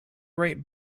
write